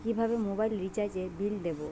কিভাবে মোবাইল রিচার্যএর বিল দেবো?